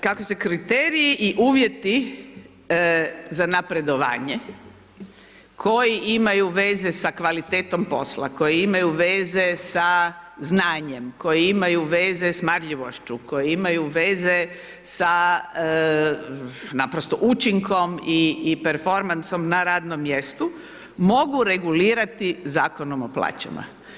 Kako se kriteriji i uvjeti za napredovanje koji imaju sa kvalitetom posla, koji imaju veze sa znanjem, koji imaju veze sa marljivošću, koji imaju veze sa naprosto učinkom i performansom na radnom mjestu, mogu regulirati Zakonom o plaćama.